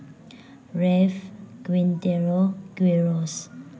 ꯔꯦꯐ ꯇ꯭ꯋꯤꯟꯇꯦꯔꯣ ꯀ꯭ꯋꯤꯔꯣꯁ